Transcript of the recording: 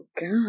God